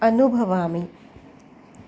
अनुभवामि